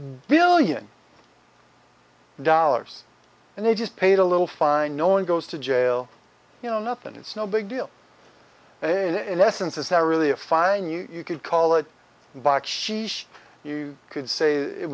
billion dollars and they just paid a little fine no one goes to jail you know nothing it's no big deal in essence is there really a fine you could call it you could say it